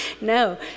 No